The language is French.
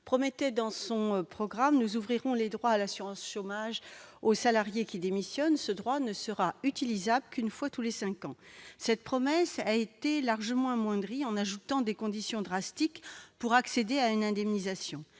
promettait dans son programme :« Nous ouvrirons les droits à l'assurance chômage aux salariés qui démissionnent. Ce droit ne sera utilisable qu'une fois tous les cinq ans. » Cette promesse a été largement amoindrie par l'ajout de conditions drastiques à l'accès à une indemnisation.